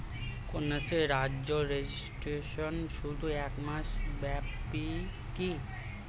কন্যাশ্রীর জন্য রেজিস্ট্রেশন শুধু এক মাস ব্যাপীই কি?